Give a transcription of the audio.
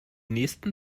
nächsten